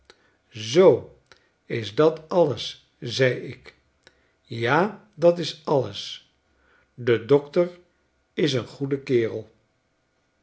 zoo is dat alles zei ik ja dat's alles de dokter is n goeie kerel